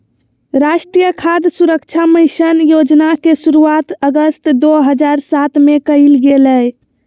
राष्ट्रीय खाद्य सुरक्षा मिशन योजना के शुरुआत अगस्त दो हज़ार सात में कइल गेलय